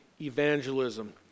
evangelism